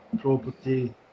property